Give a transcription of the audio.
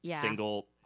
single